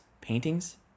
paintings